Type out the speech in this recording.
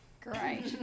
Great